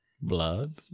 Blood